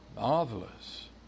Marvelous